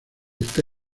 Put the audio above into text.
está